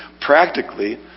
Practically